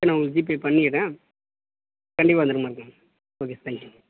நான் உங்களுக்கு ஜிபே பண்ணிடுறேன் கண்டிப்பாக ஓகே தேங்க் யூ